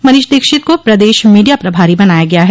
मनीष दीक्षित को प्रदेश मीडिया प्रभारी बनाया गया है